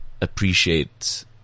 appreciate